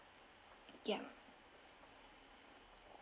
yup